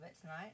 tonight